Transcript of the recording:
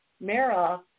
Mara